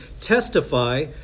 testify